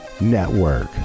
Network